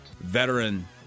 veteran